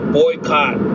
boycott